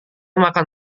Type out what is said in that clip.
makan